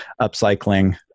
Upcycling